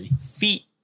feet